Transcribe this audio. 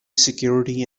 security